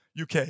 UK